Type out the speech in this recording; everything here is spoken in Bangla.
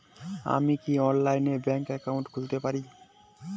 আমি কি অনলাইনে ব্যাংক একাউন্ট খুলতে পারি?